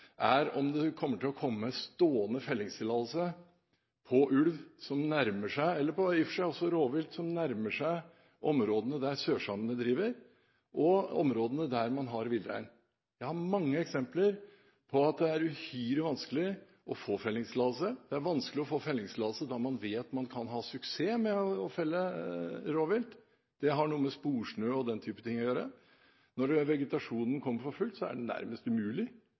er om det kommer til å komme stående fellingstillatelse på ulv som nærmer seg, eller i og for seg også på rovvilt som nærmer seg, områdene der sørsamene driver, og områdene der man har villrein. Jeg har mange eksempler på at det er uhyre vanskelig å få fellingstillatelse. Det er vanskelig å få fellingstillatelse, da man vet man kan ha suksess med å felle rovdyr. Det har noe med sporsnø og den type ting å gjøre. Når vegetasjonen kommer for fullt, er det nærmest umulig